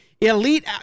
elite